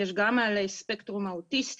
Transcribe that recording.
יש גם על הספקטרום האוטיסטי.